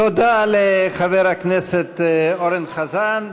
תודה לחבר הכנסת אורן חזן.